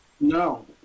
No